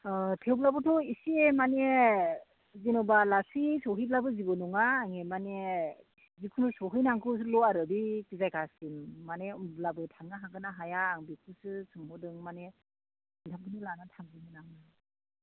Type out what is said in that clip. अ थेवब्लाबोथ' एसे माने जेन'बा लासै सहैब्लाबो जेबो नङा आंनि माने जिखुनु सहैनांगौल' आरो बे जायगासिम माने अब्लाबो थांनो हागोन ना हाया बेखौसो सोंहरदों माने बिहामजो लानानै थांगौमोन आं